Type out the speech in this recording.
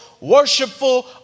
worshipful